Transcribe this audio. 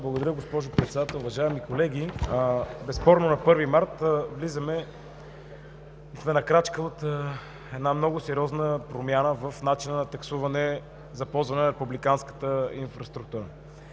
Благодаря, госпожо Председател. Уважаеми колеги, безспорно на 1 март сме на крачка от много сериозна промяна в начина на таксуване за ползването на републиканската инфраструктура.